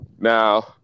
Now